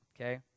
Okay